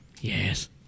Yes